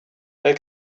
they